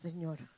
Señor